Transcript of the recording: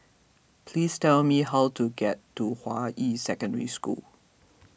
please tell me how to get to Hua Yi Secondary School